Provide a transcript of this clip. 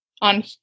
on